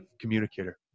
communicator